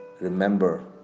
remember